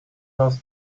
last